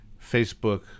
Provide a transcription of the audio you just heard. facebook